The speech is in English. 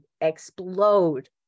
explode